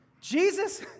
Jesus